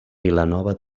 vilanova